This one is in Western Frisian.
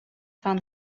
fan